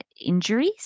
injuries